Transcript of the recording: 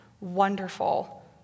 wonderful